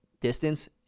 distance